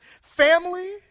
Family